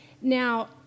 Now